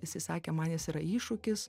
jisai sakė man jis yra iššūkis